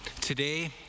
Today